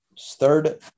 third